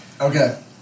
Okay